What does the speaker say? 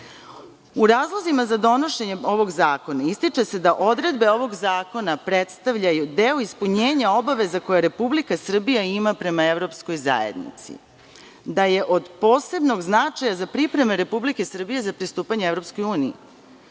razlozima za donošenjem ovog zakona ističe se da odredbe ovog zakona predstavljaju deo ispunjenja obaveza koje Republika Srbija ima prema evropskoj zajednici, da je od posebnog značaja za pripreme Republike Srbije za pristupanje EU. To je